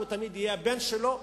הוא תמיד יהיה הבן שלו,